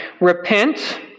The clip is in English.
Repent